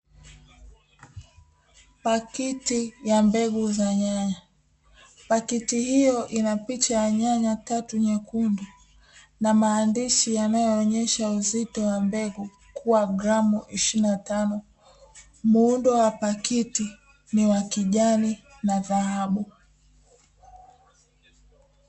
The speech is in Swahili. Pakiti ya mbegu za nyanya, pikakti hiyo ina picha ya nyanya tatu nyekundu na maandishi yanayoonesha uzito wa mbegu kwa gram ishilini na tano. Muundo wa pakiti ni wakijani na rangi ya dhahabu.